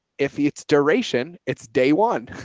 if it's duration, it's day one.